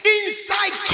inside